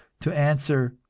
to answer,